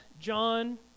John